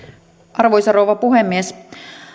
arvoisa rouva puhemies